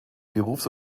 berufs